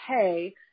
hey